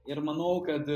ir manau kad